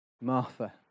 Martha